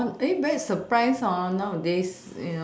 orh then very surprised nowadays